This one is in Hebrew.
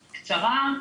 קצרה,